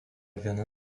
viena